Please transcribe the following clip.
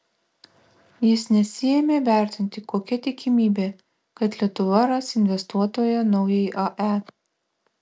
jis nesiėmė vertinti kokia tikimybė kad lietuva ras investuotoją naujai ae